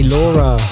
Laura